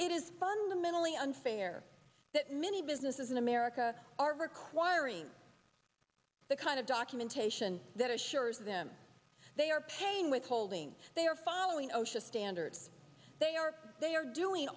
it is fundamentally unfair that many businesses in america are requiring the kind of documentation that assures them they are paying withholding they are following osha standards they are they are doing